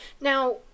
Now